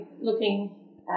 looking